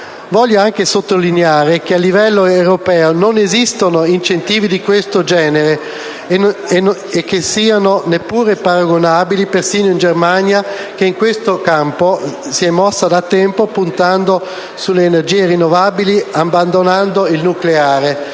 Voglio anche sottolineare che a livello europeo non esistono incentivi di questo genere o che siano ad essi neppure paragonabili, persino in Germania, che in questo campo si è mossa da tempo puntando sulle energie rinnovabili e abbandonando il nucleare.